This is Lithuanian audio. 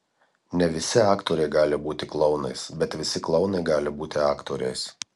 ne visi aktoriai gali būti klounais bet visi klounai gali būti aktoriais